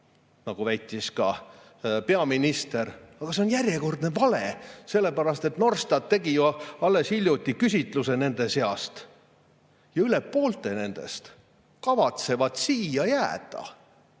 nagu väitis peaminister. Aga see on järjekordne vale. Norstat tegi ju alles hiljuti küsitluse nende seas. Ja üle poolte nendest kavatsevad siia jääda.